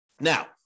Now